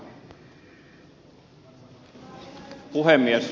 arvoisa puhemies